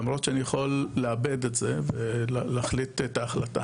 למרות שאני יכול לעבד את זה ולהחליט את ההחלטה.